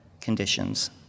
conditions